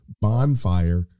bonfire